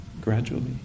gradually